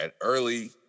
early